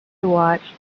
watched